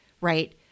right